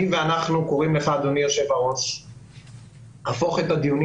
אנחנו קוראים ליושב-ראש להפוך את הדיונים